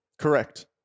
Correct